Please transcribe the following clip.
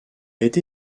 été